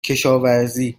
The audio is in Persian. کشاورزی